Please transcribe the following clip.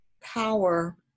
power